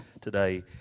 today